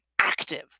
active